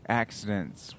accidents